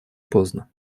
поздно